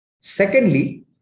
Secondly